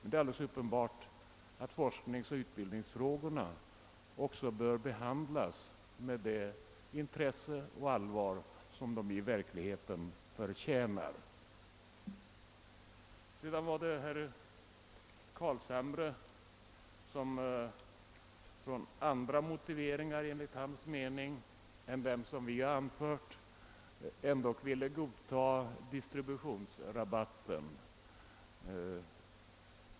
Det är alldeles uppenbart att forskningsoch = utbildningsfrågorna också bör behandlas med det intresse och det allvar som de i verkligheten förtjänar. ar än dem som vi har anfört.